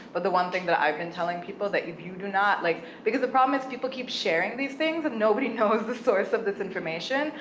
but the one thing that i've been telling people, that if you do not, like because the problem is people keep sharing these things, and nobody knows the source of this information,